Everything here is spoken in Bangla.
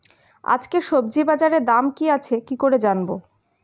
আজকে সবজি বাজারে দাম কি আছে কি করে জানবো?